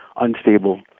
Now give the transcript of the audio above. unstable